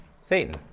Satan